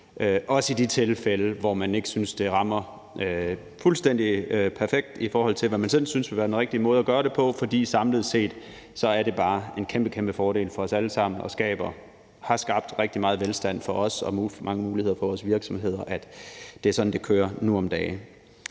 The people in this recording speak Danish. også i de tilfælde, hvor man ikke synes, at det rammer fuldstændig perfekt, i forhold til hvad man selv synes ville være den rigtige måde at gøre det på, fordi det samlet set er en kæmpe, kæmpe fordel for os alle sammen og har skabt rigtig meget velstand for os og rigtig mange muligheder for vores virksomheder, at det er sådan, det kører nu om dage.